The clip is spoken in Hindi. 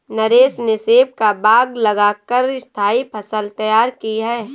नरेश ने सेब का बाग लगा कर स्थाई फसल तैयार की है